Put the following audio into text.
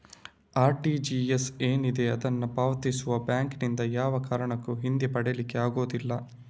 RTGS ಏನಿದೆ ಅದನ್ನ ಪಾವತಿಸುವ ಬ್ಯಾಂಕಿನಿಂದ ಯಾವ ಕಾರಣಕ್ಕೂ ಹಿಂದೆ ಪಡೀಲಿಕ್ಕೆ ಆಗುದಿಲ್ಲ